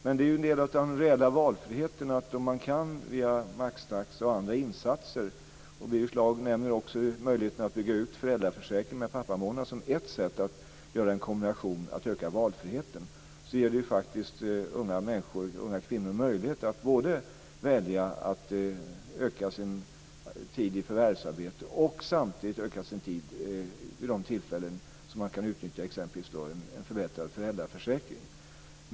Men en del i att rädda valfriheten är att via maxtaxa och andra insatser - och Birger Schlaug nämnde också möjligheten att bygga ut föräldraförsäkringen med en pappamånad som ett sätt att göra en kombination för att öka valfriheten - faktiskt ge unga kvinnor en möjlighet att både välja att öka sin tid i förvärvsarbete och öka sin tid hemma vid de tillfällen då man kan utnyttja exempelvis en förbättrad föräldraförsäkring.